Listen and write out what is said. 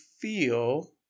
feel